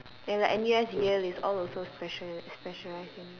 and like N_U_S yale it's all also special~ specialized uni